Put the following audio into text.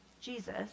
Jesus